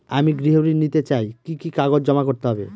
আমি গৃহ ঋণ নিতে চাই কি কি কাগজ জমা করতে হবে?